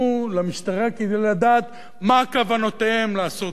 כדי לדעת מה כוונותיהם לעשות בקיץ הקרוב.